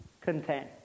content